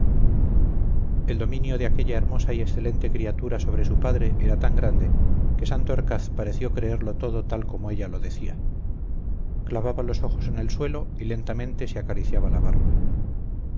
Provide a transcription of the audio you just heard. el dominio de aquella hermosa y excelente criatura sobre su padre era tan grande que santorcaz pareció creerlo todo tal como ella lo decía clavaba los ojos en el suelo y lentamente se acariciaba la barba